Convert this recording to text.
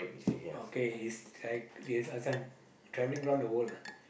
okay is like this uh this one travelling around the world lah